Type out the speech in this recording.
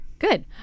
Good